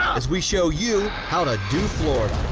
as we show you how to do floor